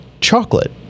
chocolate